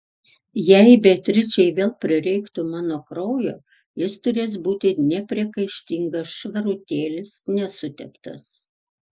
jei beatričei vėl prireiktų mano kraujo jis turės būti nepriekaištingas švarutėlis nesuteptas